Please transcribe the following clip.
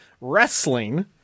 Wrestling